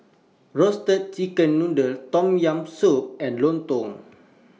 Roasted Chicken Noodle Tom Yam Soup and Lontong